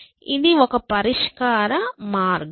ఇది ఒక పరిష్కార మార్గం